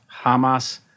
Hamas